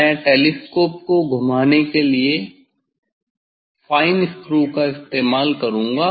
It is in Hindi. मैं टेलीस्कोप को को घुमाने के लिए फाइन स्क्रू का इस्तेमाल करूंगा